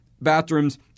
bathrooms